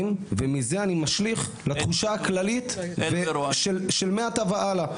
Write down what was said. ומזה אני משליך לתחושה הכללית של מעתה והלאה.